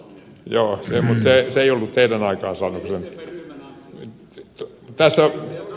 joo mutta se ei ollut teidän aikaansaannoksenne